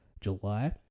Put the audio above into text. July